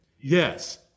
Yes